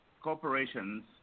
corporations